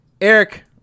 Eric